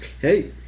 hey